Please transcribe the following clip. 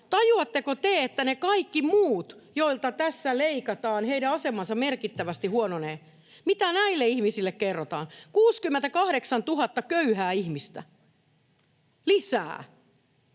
Tajuatteko te, että niiden kaikkien muiden, joilta tässä leikataan, asema merkittävästi huononee? Mitä näille ihmisille kerrotaan? 68 000 köyhää ihmistä lisää,